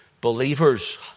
believers